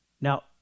Now